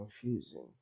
confusing